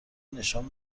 نشان